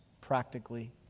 practically